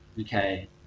Okay